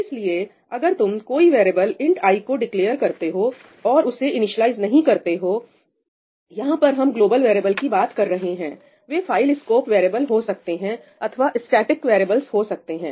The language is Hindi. इसलिए अगर तुम कोई वेरिएबल 'int j' को डिक्लेअर करते हो और उसे इंनिसलाईज् नहीं करते हो यहां पर हम ग्लोबल वैरियेबल्स की बात कर रहें हैं वे फाइल स्कोप वैरियेबल्स हो सकते हैं अथवा स्टैटिक वैरियेबल्स हो सकते हैं